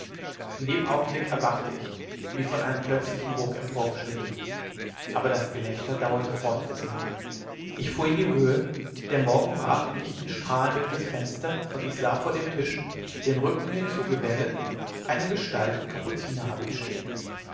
in dem augenblick erwachte ich wie von einem plötzlichen ruck emporgeschüttelt aber das gelächter dauerte fort im zimmer ich fuhr in die höhe der morgen brach in lichten strahlen durch das fenster und ich sah vor dem tisch den rücken mir zugewendet eine gestalt im kapuzinerhabit stehen